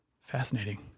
fascinating